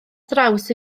draws